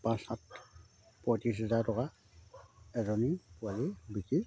পাঁচ সাত পঁয়ত্ৰিছ হাজাৰ টকা এজনী পোৱালি বিকি